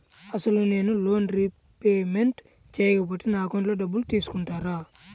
అసలు నేనూ loan repayment చేయకపోతే నా అకౌంట్లో డబ్బులు తీసుకుంటారా?